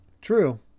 True